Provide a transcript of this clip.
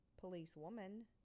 policewoman